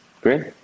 great